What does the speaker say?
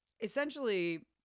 essentially